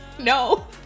No